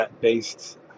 based